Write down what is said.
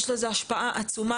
יש לזה השפעה עצומה,